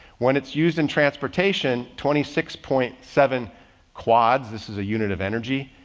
when it's used in transportation, twenty six point seven quads, this is a unit of energy.